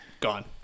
gone